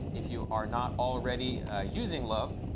if you are not already using love.